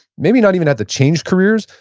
maybe not even have to change careers,